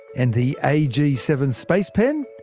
and the ag seven space pen?